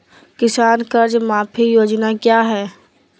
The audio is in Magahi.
किसान कर्ज माफी योजना क्या है?